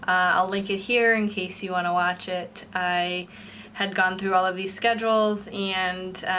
i'll link it here, in case you wanna watch it. i had gone through all of the schedules, and